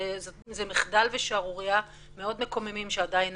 זה מחדל ושערורייה מאוד מקוממים שעדיין